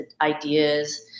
ideas